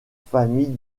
famille